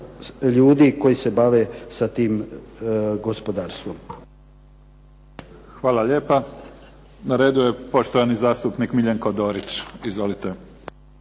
ljudi koji se bave sa tim gospodarstvom. **Mimica, Neven (SDP)** Hvala lijepa. Na redu je poštovani zastupnik Miljenko Dorić. Izvolite.